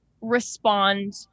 respond